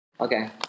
Okay